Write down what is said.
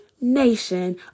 nation